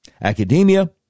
academia